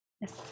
yes